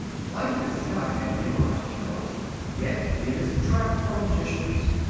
life is not an illogicality yet it is a trap for logicians.